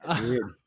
Weird